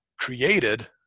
created